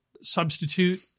substitute